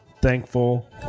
thankful